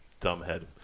dumbhead